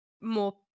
more